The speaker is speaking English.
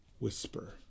Whisper